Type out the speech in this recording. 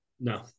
No